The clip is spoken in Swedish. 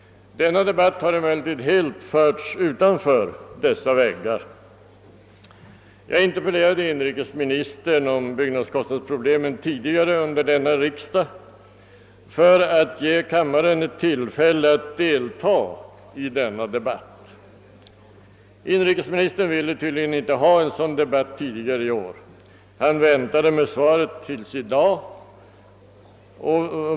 Denna debatt har emellertid helt förts utanför riksdagshusets väggar. Jag har tidigare under vårsessionen interpellerat inrikesministern om byggnadskostnadsproblemen för att ge kammaren ett tillfälle att delta i denna debatt. Inrikesministern ville tydligen inte ha en sådan debatt tidigare i år, utan han väntade med svaret till i dag.